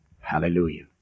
Hallelujah